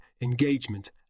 engagement